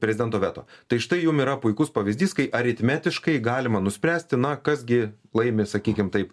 prezidento veto tai štai jum yra puikus pavyzdys kai aritmetiškai galima nuspręsti na kas gi laimi sakykim taip